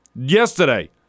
Yesterday